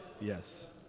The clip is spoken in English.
Yes